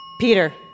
Peter